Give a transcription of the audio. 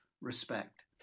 respect